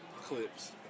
clips